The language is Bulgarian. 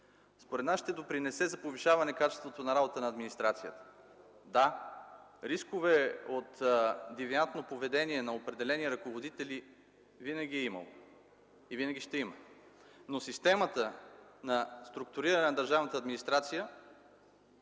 според нас ще допринесе за повишаване качеството на работата на администрацията. Да, рискове от девиантно поведение на определени ръководители винаги е имало и винаги ще има, но системата на структуриране на държавната администрация